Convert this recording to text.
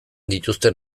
dituzten